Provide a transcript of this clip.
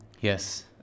Yes